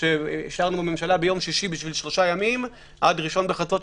שאישרנו בממשלה ביום שישי בשביל 3 ימים עד ליום ראשון בחצות,